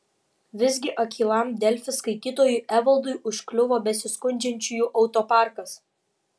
visgi akylam delfi skaitytojui evaldui užkliuvo besiskundžiančiųjų autoparkas